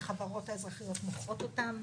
החברות האזרחיות מוכרות אותם.